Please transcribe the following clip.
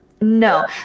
No